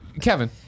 Kevin